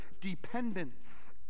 dependence